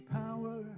power